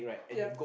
yup